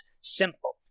simple